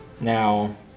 Now